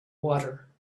water